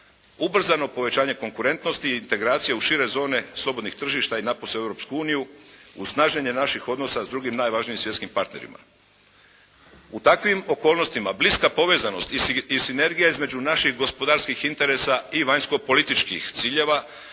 ubrzano povećanje konkurentnosti i integracije u šire zone slobodnih tržišta i napose u Europsku uniju uz snaženje naših odnosa s drugim najvažnijim svjetskim partnerima. U takvim okolnostima bliska povezanost i sinergija između naših gospodarskih interesa i vanjsko-političkih ciljeva